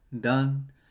done